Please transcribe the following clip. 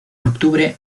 octubre